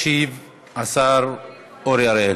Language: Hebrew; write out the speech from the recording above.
ישיב השר אורי אריאל.